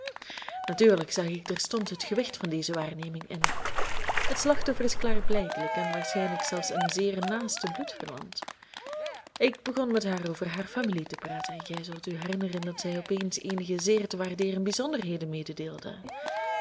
natuurlijk zag ik terstond het gewicht van deze waarneming in het slachtoffer is klaarblijkelijk en waarschijnlijk zelfs een zeer naaste bloedverwant ik begon met haar over haar familie te praten en gij zult u herinneren dat zij ons opeens eenige zeer te waardeeren bijzonderheden